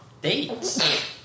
dates